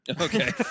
Okay